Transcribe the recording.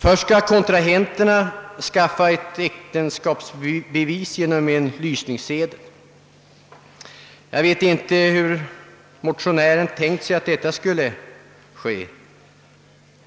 Först skall kontrahenterna skaffa ett äktenskapsbevis genom en lysningssedel. Jag vet inte hur motionären tänkt sig att detta skulle ske.